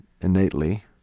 innately